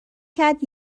کرد